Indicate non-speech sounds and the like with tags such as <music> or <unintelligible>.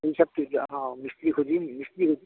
<unintelligible>